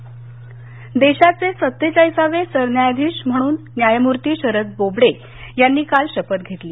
सरन्यायाधीश देशाचे सत्तेचाळीसावे सरन्यायाधीश म्हणून न्यायमूर्ती शरद बोबडे यांनी काल शपथ घेतली